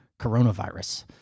coronavirus